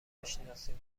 بشناسیم